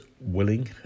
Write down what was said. willing